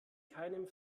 keinem